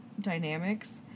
dynamics